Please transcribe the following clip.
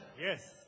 Yes